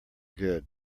good